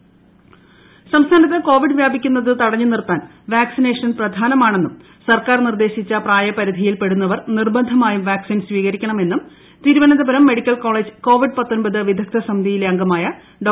Covid സന്ദേശം intro സംസ്ഥാനത്ത് Covid വ്യാപിക്കുന്നത് തടഞ്ഞുനിർത്താൻ വാക്സിനേഷൻ പ്രധാനമാണെന്നും സർക്കാർ നിർദ്ദേശിച്ച പ്രായപരിധിയിൽ പെടുന്നവർ നിർബന്ധമായും വാക്സിൻ സ്വീകരിക്കണമെന്നും തിരുവനന്തപുരം മെഡിക്കൽ കോളേജ് കോവിഡ് ഡോ